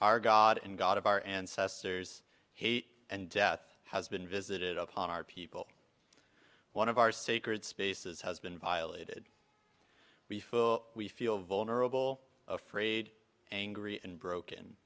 are god and god of our ancestors hate and death has been visited upon our people one of our sacred spaces has been violated we feel we feel vulnerable afraid angry and broken